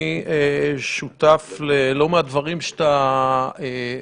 אני שותף ללא מעט דברים שאתה אומר,